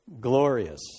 glorious